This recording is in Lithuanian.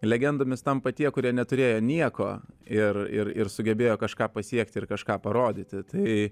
legendomis tampa tie kurie neturėjo nieko ir ir sugebėjo kažką pasiekti ir kažką parodyti tai